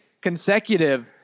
consecutive